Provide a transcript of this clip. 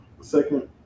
second